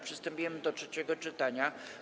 Przystępujemy do trzeciego czytania.